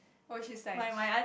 oh she like sh~